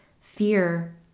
fear